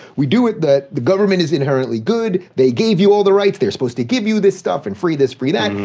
we do it that the government is inherently good, they gave you all the rights, they're supposed to give you this stuff, and free this free that,